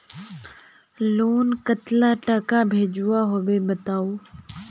Loan कतला टाका भेजुआ होबे बताउ?